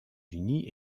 unis